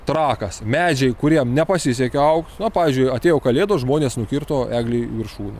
trakas medžiai kuriem nepasisekė aukso na pavyzdžiui atėjo kalėdos žmonės nukirto eglei viršūnę